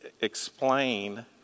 explain